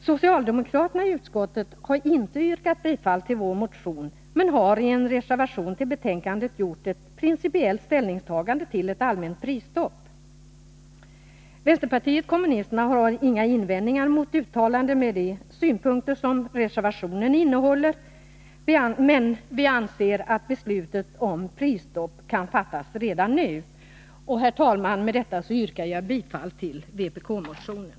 Socialdemokraterna i utskottet har inté tillstyrkt vår motion, men man har i en reservation till betänkandet gjort ett principiellt ställningstagande för ett allmänt prisstopp. Vpk har inga invändningar mot de synpunkter som förs frami reservationen, men vi anser att ett beslut om prisstopp kan fattas redan nu. Herr talman! Med detta yrkar jag bifall till vpk-motionen.